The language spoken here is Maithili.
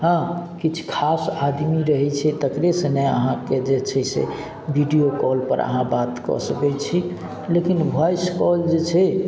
हँ किछु खास आदमी रहय छै तकरेसँ ने अहाँके जे छै से वीडियो कॉलपर अहाँ बात कऽ सकय छी लेकिन वॉइस कॉल जे छै